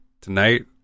Tonight